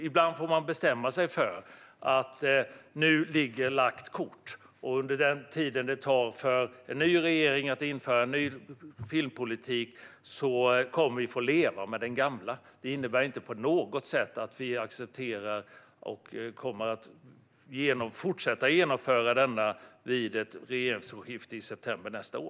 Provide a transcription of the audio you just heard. Ibland får man bestämma sig för att lagt kort ligger, och under den tid det tar för en ny regering att införa en ny filmpolitik kommer vi att få leva med den gamla. Det innebär inte på något sätt att vi accepterar eller kommer att fortsätta genomföra denna politik efter ett regeringsskifte i september nästa år.